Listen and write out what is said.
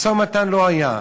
משא-ומתן לא היה,